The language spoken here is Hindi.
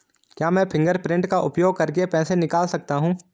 क्या मैं फ़िंगरप्रिंट का उपयोग करके पैसे निकाल सकता हूँ?